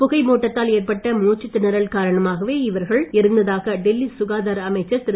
புகை மூட்டத்தால் ஏற்பட்ட மூச்சுத்திணறல் காரணமாகவே இவர்கள் இறந்ததாக டெல்லி சுகாதார அமைச்சர் திரு